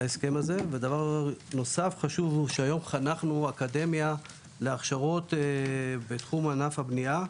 דבר נוסף חשוב הוא שהיום חנכנו אקדמיה להכשרות בתחום ענף הבנייה.